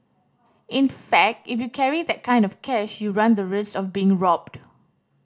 in fact if you carry that kind of cash you run the risk of being robbed